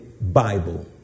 Bible